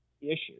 issues